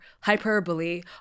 hyperbole